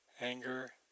anger